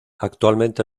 actualmente